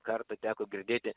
kartą teko girdėti